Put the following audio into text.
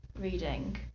reading